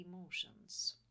emotions